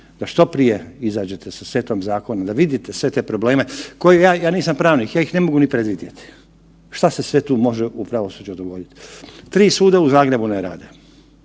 što prije izađete sa setom zakona da vidite sve te probleme koje ja, ja nisam pravnik ja ih ne mogu ni predvidjeti šta se sve tu može u pravosuđu dogoditi. Tri suda u Zagrebu ne rade,